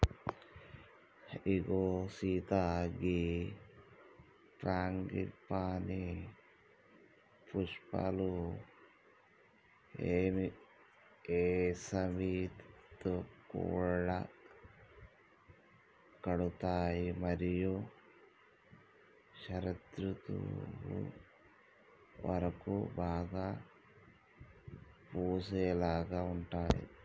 ఇగో సీత గీ ఫ్రాంగిపానీ పుష్పాలు ఏసవిలో కనబడుతాయి మరియు శరదృతువు వరకు బాగా పూసేలాగా ఉంటాయి